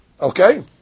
Okay